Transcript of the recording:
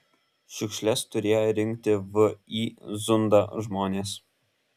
šiukšles turėję rinkti vį zunda žmonės